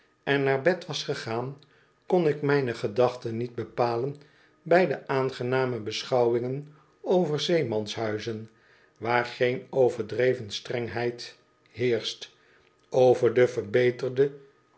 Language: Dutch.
en naar bed was gegaan kon ik mijne gedachten niet bepalen bij de aangename beschouwingen over zeemanshuizen waar geen overdreven strengheid heerscht over de verbeterde